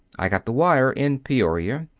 i got the wire in peoria.